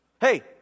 Hey